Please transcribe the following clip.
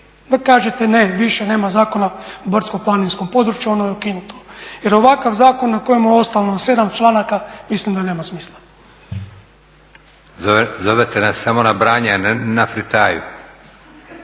i kažete, ne, više nema Zakona o brdsko planinskom području, ono je ukinuto. Jer ovakav zakon na kojem je ostalo 7 članaka, mislim da nema smisla. **Leko, Josip (SDP)** Zovete nas samo na branje, a ne na fritaju.